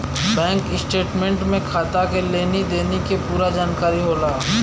bank statement में खाता के लेनी देनी के पूरा जानकारी होला